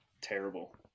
terrible